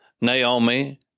Naomi